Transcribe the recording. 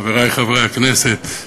חברי חברי הכנסת,